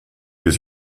was